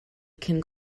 cyn